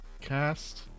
cast